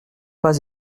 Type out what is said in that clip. pas